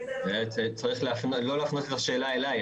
צריך להפנות את השאלה לא אליי.